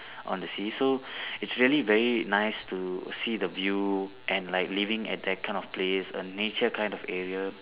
on the sea so it's really very nice to see the view and like living at that kind of place a nature kind of area